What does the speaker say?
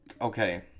okay